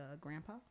grandpa